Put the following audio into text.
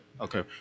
Okay